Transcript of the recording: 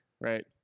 Right